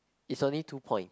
is only two point